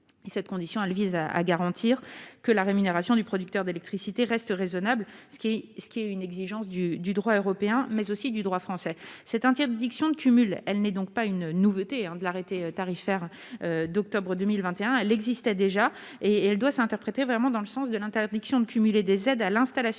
cette condition, elle vise à garantir que la rémunération du producteur d'électricité restent raisonnables, ce qui est ce qui est une exigence du du droit européen, mais aussi du droit français, c'est un tiers de diction, de cumul, elle n'est donc pas une nouveauté, hein, de l'arrêté tarifaire d'octobre 2021, elle existait déjà et et elle doit s'interpréter vraiment dans le sens de l'interdiction de cumuler des aides à l'installation,